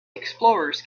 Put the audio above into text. explorers